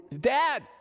Dad